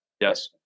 Yes